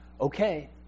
Okay